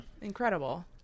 Incredible